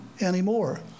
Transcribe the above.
anymore